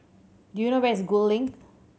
do you know where is Gul Link